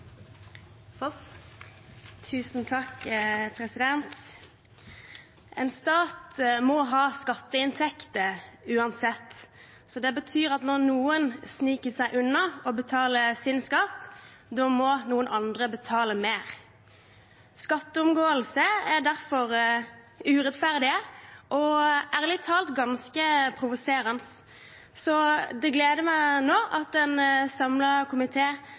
En stat må ha skatteinntekter uansett. Det betyr at når noen sniker seg unna betaling av skatten sin, må noen andre betale mer. Skatteomgåelse er derfor urettferdig og ærlig talt ganske provoserende. Det gleder meg nå at en